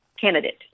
Candidate